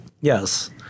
Yes